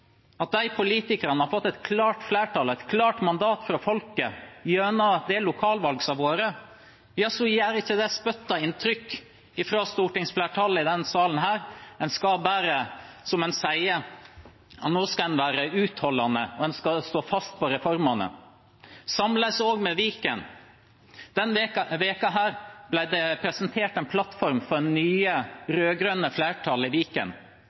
At de politikerne har fått et klart flertall og et klart mandat fra folket gjennom lokalvalget, gjør ikke noe inntrykk på flertallet i denne salen. En sier at nå skal en være utholdende og stå fast på reformene. Det samme gjelder for Viken. Denne uken ble det presentert en plattform for det nye, rød-grønne flertallet i Viken,